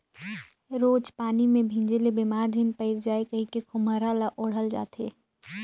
रोज पानी मे भीजे ले बेमार झिन पइर जाए कहिके खोम्हरा ल ओढ़ल जाथे